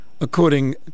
According